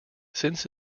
since